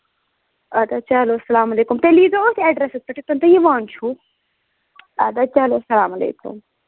اَدٕ حظ چلو اسلام علیکُم تیٚلہِ ییٖزیٚو حظ أتھۍ ایٚڈرَسس پیٚٹھ یَتھٕ پٲٹھۍ تُہۍ یِوان چھُو ادٕ حظ چلو اسلام علیکُم